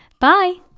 Bye